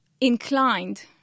inclined